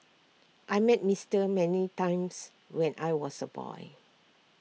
I met Mister many times when I was A boy